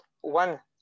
one